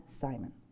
Simon